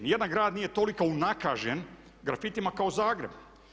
Niti jedan grad nije toliko unakažen grafitima kao Zagreb.